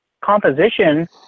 Composition